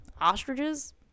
ostriches